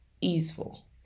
easeful